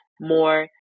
more